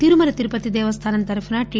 తిరుమల తిరుపది దేవస్థానం తరపున టి